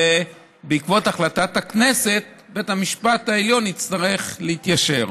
ובעקבות החלטת הכנסת בית המשפט העליון יצטרך להתיישר.